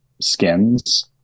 skins